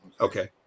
Okay